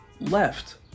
left